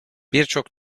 birçok